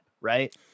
right